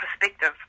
perspective